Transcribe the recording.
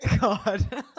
God